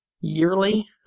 yearly